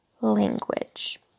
language